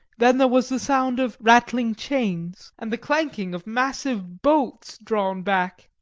then there was the sound of rattling chains and the clanking of massive bolts drawn back.